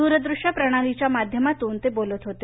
दूरदृश्य प्रणालीच्या माध्यमातून ते बोलत होते